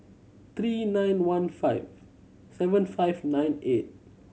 three nine one five seven five nine eight